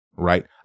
right